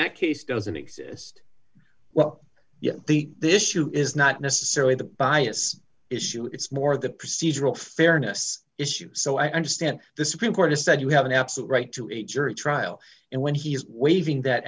that case doesn't exist well yeah the issue is not necessarily the bias issue it's more of the procedural fairness issue so i understand the supreme court has said you have an absolute right to a jury trial and when he is waiving that